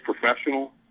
professional